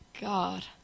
God